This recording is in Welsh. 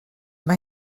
mae